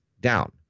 down